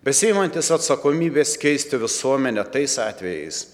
besiimantis atsakomybės keisti visuomenę tais atvejais